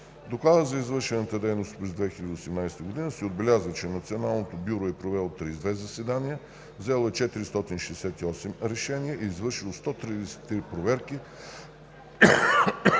Доклада за извършената дейност през 2018 г. се отбелязва, че Националното бюро е провело 32 заседания, взело е 468 решения и е извършило 133 проверки